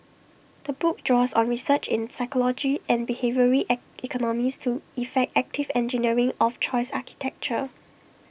the book draws on research in psychology and behavioural I economics to effect active engineering of choice architecture